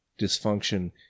dysfunction